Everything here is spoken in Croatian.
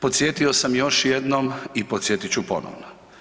Podsjetio sam još jednom i podsjetit ću ponovo.